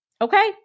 Okay